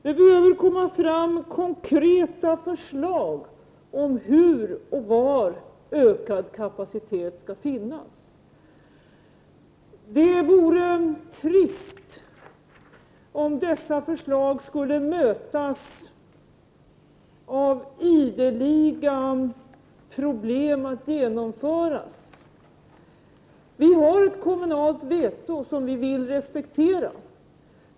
Det behöver komma fram konkreta förslag om hur och var ökad kapacitet skall finnas. Det vore trist om dessa förslag skulle mötas av ideliga påståenden att det är problem med att genomföra dessa förslag. Vi har ett kommunalt veto som vi vill respektera.